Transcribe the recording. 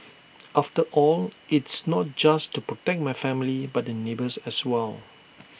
after all it's not just to protect my family but the neighbours as well